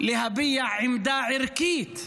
להביע עמדה ערכית,